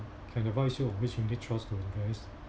can advise you on which unit trust to invest